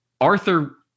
Arthur